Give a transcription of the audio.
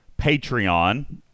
patreon